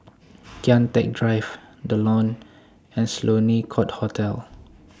Kian Teck Drive The Lawn and Sloane Court Hotel